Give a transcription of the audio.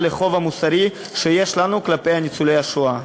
לחוב המוסרי שיש לנו כלפי ניצולי השואה.